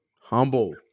Humble